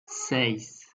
seis